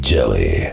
Jelly